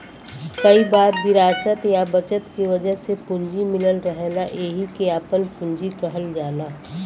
कई बार विरासत या बचत के वजह से पूंजी मिलल रहेला एहिके आपन पूंजी कहल जाला